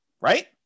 Right